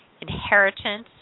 inheritance